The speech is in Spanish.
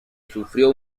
sufrió